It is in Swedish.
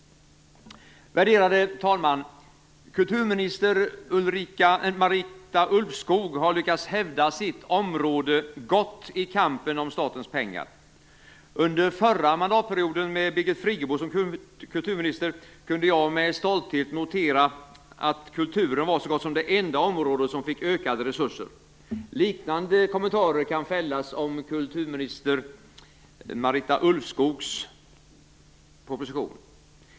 Värderade talman! Kulturminister Marita Ulvskog har lyckats hävda sitt område gott i kampen om statens pengar. Under förra mandatperioden med Birgit Friggebo som kulturminister kunde jag med stolthet notera att kulturen var så gott som det enda område som fick ökade resurser. Liknande kommentar kan fällas om kulturminister Marita Ulvskogs proposition.